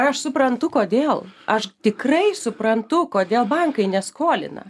aš suprantu kodėl aš tikrai suprantu kodėl bankai neskolina